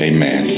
Amen